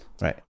Right